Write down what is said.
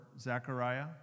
Zachariah